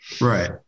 Right